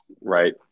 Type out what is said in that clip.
Right